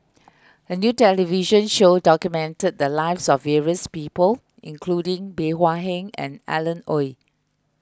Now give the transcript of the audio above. a new television show documented the lives of various people including Bey Hua Heng and Alan Oei